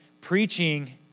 Preaching